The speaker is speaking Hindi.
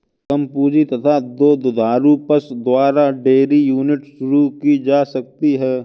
कम पूंजी तथा दो दुधारू पशु द्वारा डेयरी यूनिट शुरू की जा सकती है